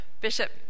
Bishop